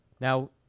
now